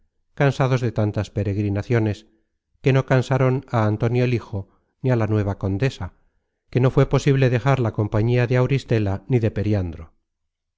cansados de tantas peregrinaciones que no cansaron á antonio el hijo ni á la nueva condesa que no fué posible dejar la compañía de auristela ni de periandro